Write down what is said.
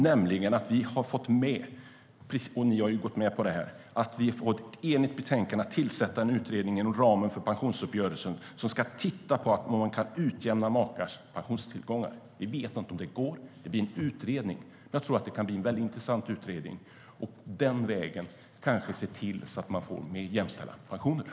Vi har nämligen fått med - och ni har gått med på det - förslaget i ett enigt betänkande om att tillsätta en utredning inom ramen för pensionsuppgörelsen. Utredningen ska titta på hur man kan utjämna makars pensionstillgångar. Vi vet inte om det går. Det blir en utredning, och jag tror att det kan bli en intressant utredning. Den vägen kan man kanske se till att man får mer jämställda pensioner.